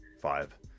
five